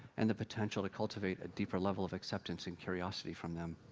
and the potential to cultivate a deeper level of acceptance and curiosity from them.